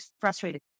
frustrated